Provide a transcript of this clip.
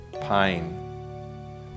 pain